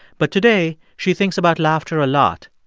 but today, she thinks about laughter a lot.